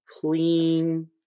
clean